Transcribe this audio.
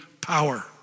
power